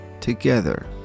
Together